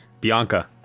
Bianca